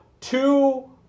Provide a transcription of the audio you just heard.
two